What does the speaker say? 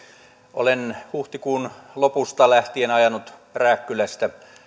olen huhtikuun lopusta lähtien ajanut rääkkylästä